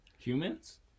humans